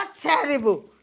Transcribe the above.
terrible